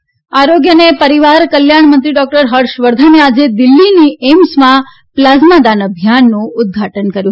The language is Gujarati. હર્ષવર્ધન પ્લાઝમા આરોગ્ય અને પરીવાર કલ્યાણ મંત્રી ડોકટર હર્ષ્વર્ધને આજે દિલ્હીના એમ્સમાં પલાઝમા દાન અભિયાનનું ઉદઘાટન કર્યું